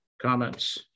comments